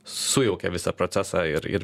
sujaukė visą procesą ir ir